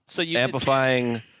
Amplifying